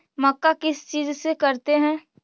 मक्का किस चीज से करते हैं?